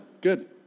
good